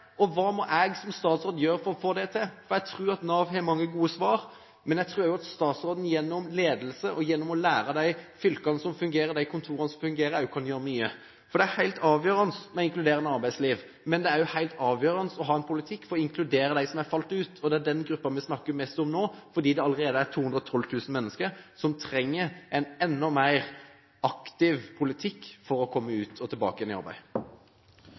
Og hva kan hun som statsråd gjøre for å få det til? Jeg tror at Nav har mange gode svar, men jeg tror også at statsråden gjennom ledelse og ved å lære av de fylkene og kontorene som fungerer, også kan gjøre mye. Det er helt avgjørende med et inkluderende arbeidsliv, men det er også helt avgjørende å ha en politikk for å inkludere dem som har falt ut. Det er den gruppen vi snakker mest om nå, for det er allerede 212 000 mennesker som trenger en enda mer aktiv politikk for å komme ut og tilbake igjen i arbeid.